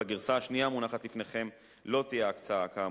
בגרסה השנייה המונחת לפניכם לא תהיה הקצאה כאמור.